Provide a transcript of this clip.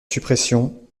suppression